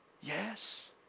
Yes